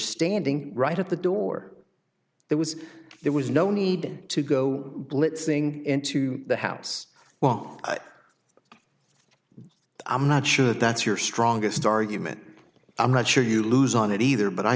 standing right at the door there was there was no need to go blitzing into the house well i'm not sure that that's your strongest argument i'm not sure you lose on that either but i